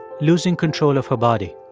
losing control of her body.